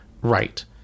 right